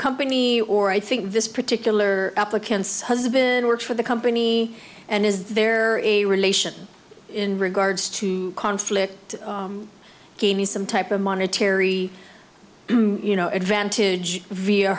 company or i think this particular applicant's husband works for the company and is there a relation in regards to conflict gave me some type of monetary advantage via